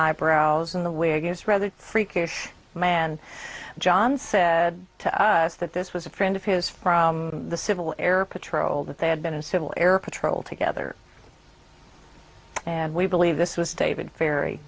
eyebrows in the way i guess rather freakish man john said to us that this was a friend of his from the civil air patrol that they had been in civil air patrol together and we believe this was david ferr